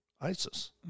ISIS